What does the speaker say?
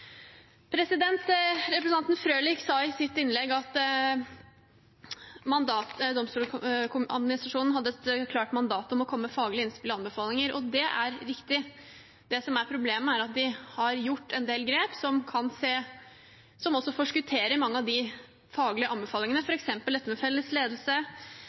Representanten Frølich sa i sitt innlegg at Domstoladministrasjonen hadde et klart mandat om å komme med faglige innspill og anbefalinger. Det er riktig. Det som er problemet, er at de har tatt en del grep som også forskutterer mange av de faglige anbefalingene, f.eks. det med felles ledelse,